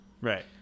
Right